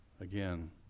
again